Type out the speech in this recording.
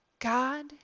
God